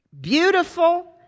Beautiful